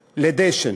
בדשן.